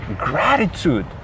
Gratitude